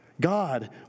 God